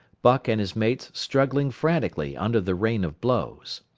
buck and his mates struggling frantically under the rain of blows.